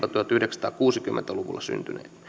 tuhatyhdeksänsataakuusikymmentä luvulla syntyneitä